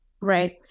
Right